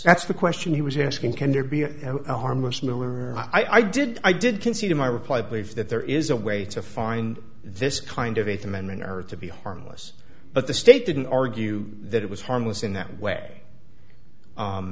that's the question he was asking can there be a harmless miller i did i did concede in my reply i believe that there is a way to find this kind of eighth amendment error to be harmless but the state didn't argue that it was harmless in that way